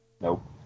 Nope